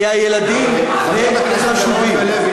כי הילדים הם הכי חשובים.